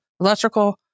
electrical